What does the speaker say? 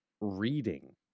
reading